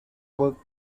work